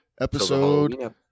episode